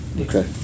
okay